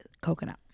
coconut